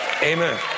Amen